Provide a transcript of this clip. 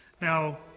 Now